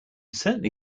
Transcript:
certainly